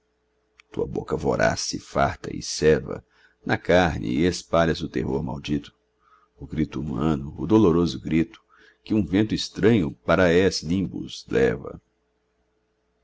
tua boca voraz se farta e ceva na carne e espalhas o terror maldito o grito humano o doloroso grito que um vento estranho para és limbos leva